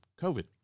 COVID